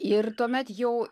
ir tuomet jau